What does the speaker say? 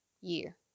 year